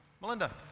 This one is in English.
Melinda